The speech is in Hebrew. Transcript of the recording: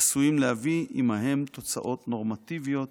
עשויים להביא עימהם תוצאות נורמטיביות